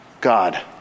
God